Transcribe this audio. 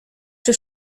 czy